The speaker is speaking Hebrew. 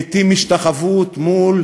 לעתים, השתחוות מול